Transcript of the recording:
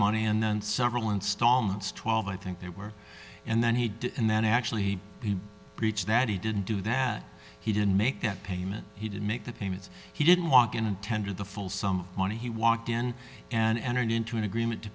money and then several installments twelve i think they were and then he did and then actually he breached that he didn't do that he didn't make that payment he didn't make the payments he didn't walk in and tender the full some money he walked in and entered into an agreement to